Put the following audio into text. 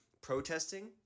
protesting